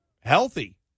healthy